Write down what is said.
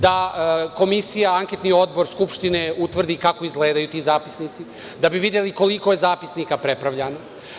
Da komisija, anketni odbor Skupštine, utvrdi kako izgledaju ti zapisnici da bi videli koliko je zapisnika prepravljano.